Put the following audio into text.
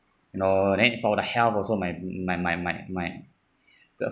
know and then for the health also might might might might might